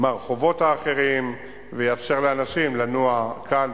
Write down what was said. ברחובות האחרים ויאפשר לאנשים לנוע כאן,